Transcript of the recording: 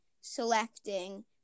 selecting